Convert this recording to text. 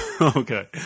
Okay